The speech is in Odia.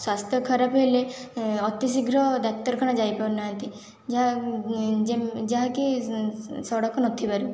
ସ୍ୱାସ୍ଥ୍ୟ ଖରାପ ହେଲେ ଅତି ଶୀଘ୍ର ଡାକ୍ତରଖାନା ଯାଇପାରୁନାହାନ୍ତି ଯାହାକି ସଡ଼କ ନଥିବାରୁ